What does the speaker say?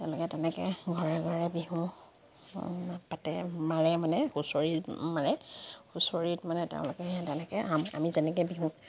তেওঁলোকে তেনেকে ঘৰে ঘৰে বিহু পাতে মাৰে মানে হুঁচৰি মাৰে হুঁচৰিত মানে তেওঁলোকে তেনেকে আমি যেনেকে বিহু